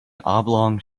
oblong